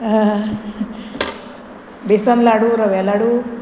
बेसन लाडू रव्या लाडू